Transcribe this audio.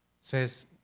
says